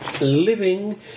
living